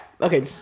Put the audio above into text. okay